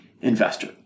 investor